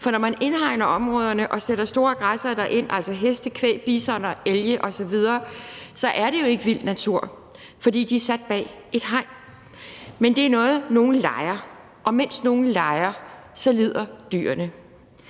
for når man indhegner områderne og sætter store græssere derind, altså heste, kvæg, bisoner, elge osv., er det jo ikke vild natur, for dyrene er sat bag et hegn. Det er noget, nogle leger, og mens nogle leger, lider dyrene.